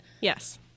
Yes